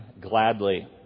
gladly